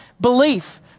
belief